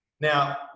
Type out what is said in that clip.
Now